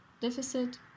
deficit